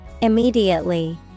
Immediately